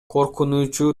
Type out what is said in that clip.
коркунучу